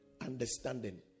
understanding